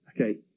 Okay